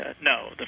no